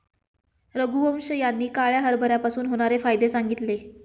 रघुवंश यांनी काळ्या हरभऱ्यापासून होणारे फायदे सांगितले